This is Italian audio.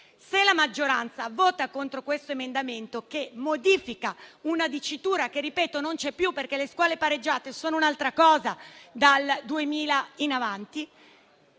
Se la maggioranza vota contro questo emendamento, che modifica una dicitura che - lo ripeto - non c'è più, perché le scuole pareggiate sono un'altra cosa dal 2000 in avanti,